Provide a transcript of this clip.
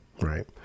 right